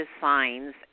signs